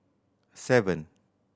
seven